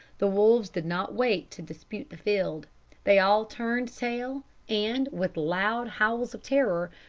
the wolves did not wait to dispute the field they all turned tail and, with loud howls of terror,